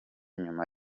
nyuma